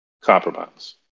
compromise